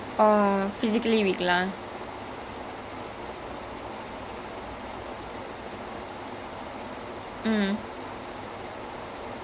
so அதுனால:athunaala that throne that he has lah அது வந்து:athu vanthu it is to hold him there it is to sustain his life அவன் உயிரோட இருக்கறதுக்கு:avan uyiroda irukurathuku he needs that thing